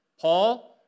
Paul